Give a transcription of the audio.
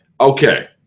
Okay